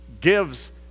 gives